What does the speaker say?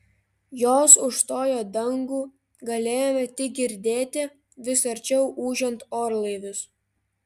jos užstojo dangų galėjome tik girdėti vis arčiau ūžiant orlaivius